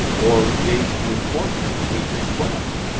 or gauge the importance of his request.